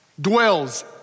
dwells